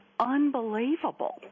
unbelievable